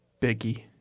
Biggie